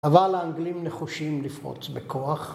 ‫אבל האנגלים נחושים לפרוץ בכוח.